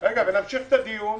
נמשיך את הדיון